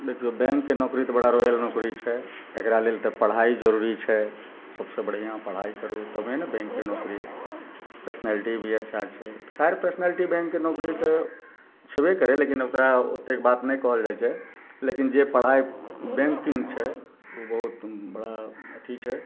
देखिऔ बैँकके नोकरी तऽ बड़ा रॉयल नोकरी छै एकरा लेल तऽ पढ़ाइ जरूरी छै सबसे बढ़िआँ पढ़ाइ करू तभिए ने बैँकके नोकरी पर्सनैलिटी भी अच्छा छै तऽ खैर पर्सनैलिटी बैँकके नोकरी तऽ छेबे करै लेकिन ओकरा ओतेक बात नहि कहल जाइ छै लेकिन जे पढ़ाइ बैँकिन्ग छै ओ बहुत बड़ा अथी छै